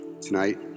tonight